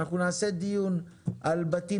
אנחנו נעשה דיון על בתים